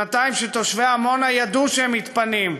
שנתיים שתושבי עמונה ידעו שהם מתפנים,